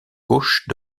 gauche